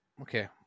okay